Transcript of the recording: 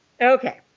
okay